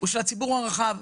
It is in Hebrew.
הוא של הציבור הרחב.